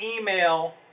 email